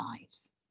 lives